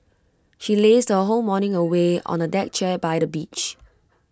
she lazed her whole morning away on A deck chair by the beach